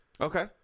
okay